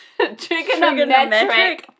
Trigonometric